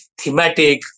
thematic